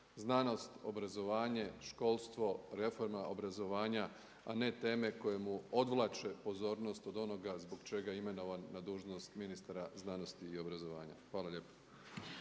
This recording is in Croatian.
znanost, obrazovanje, školstvo, reforma obrazovanja, a ne teme koje mu odvlače pozornost od onoga zbog čega je imenovan na dužnost ministra znanosti i obrazovanja. Hvala lijepo.